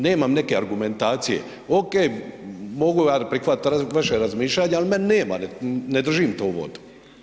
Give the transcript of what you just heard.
Nemam neke argumentacije, ok, mogu ja prihvatit vaše razmišljanje ali meni nema, ne drži mi to vodu, eto.